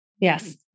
Yes